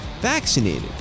vaccinated